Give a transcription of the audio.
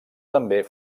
també